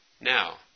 Now